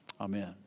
Amen